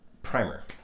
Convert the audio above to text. Primer